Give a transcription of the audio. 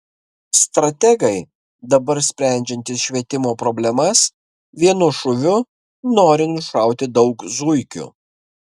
strategai dabar sprendžiantys švietimo problemas vienu šūviu nori nušauti daug zuikių